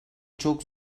çok